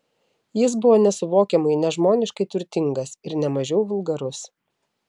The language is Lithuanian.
jis buvo nesuvokiamai nežmoniškai turtingas ir ne mažiau vulgarus